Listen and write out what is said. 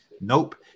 Nope